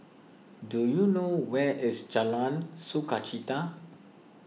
do you know where is Jalan Sukachita